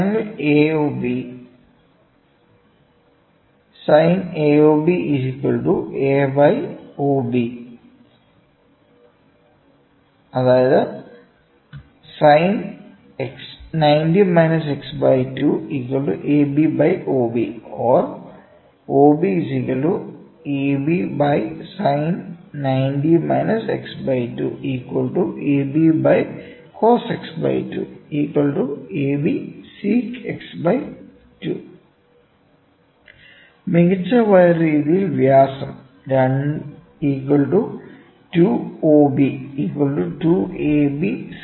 triangle OAB മികച്ച വയർ രീതിയിൽ വ്യാസം Fig 8